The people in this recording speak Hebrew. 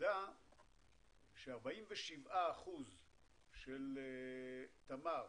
העובדה ש-47% של תמר